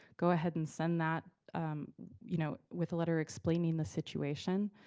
go ahead and send that you know with a letter explaining the situation.